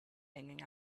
hanging